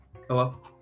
Hello